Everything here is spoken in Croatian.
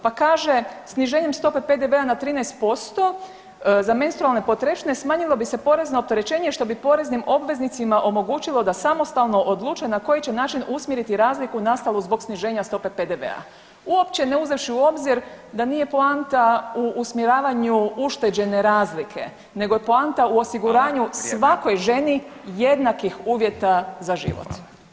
Pa kaže sniženjem stope PDV-a na 13% za menstrualne potrepštine smanjilo bi se porezno opterećenje što bi poreznim obveznicima omogućilo da samostalno odlučuje na koji će način usmjeriti razliku nastalu zbog sniženja stope PDV-a uopće ne uzevši u obzir da nije poanta u usmjeravanju ušteđene razlike nego je poanta u osiguranju svakoj ženi jednakih uvjeta za život.